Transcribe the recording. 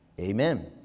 Amen